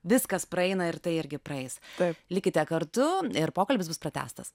viskas praeina ir tai irgi praeis tad likite kartu ir pokalbis bus pratęstas